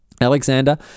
Alexander